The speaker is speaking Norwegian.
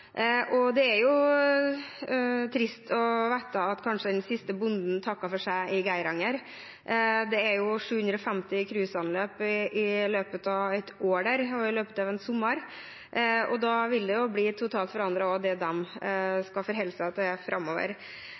Og det er trist å vite at kanskje den siste bonden takker for seg i Geiranger. Det er 750 cruiseanløp i løpet av et år der, i løpet av en sommer, og da vil det også bli totalt forandret det de skal forholde seg til framover.